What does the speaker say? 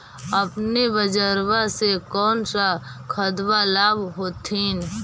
अपने बजरबा से कौन सा खदबा लाब होत्थिन?